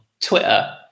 Twitter